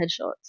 headshots